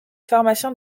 pharmacien